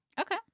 Okay